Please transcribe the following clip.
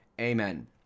Amen